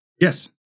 Yes